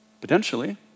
Potentially